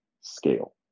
scale